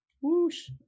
Whoosh